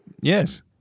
Yes